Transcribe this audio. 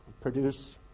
produce